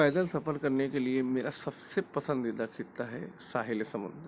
پیدل سفر کرنے کے لیے میرا سب سے پسندیدہ خطہ ہے ساحل سمندر